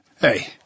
Hey